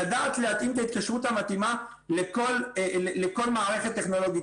לדעת להתאים את ההתקשרות המתאימה לכל מערכת טכנולוגית.